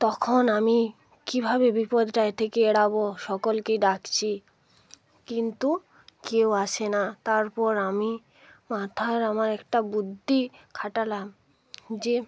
তখন আমি কীভাবে বিপদটায় থেকে এড়াব সকলকে ডাকছি কিন্তু কেউ আসে না তারপর আমি মাথার আমার একটা বুদ্ধি খাটালাম যে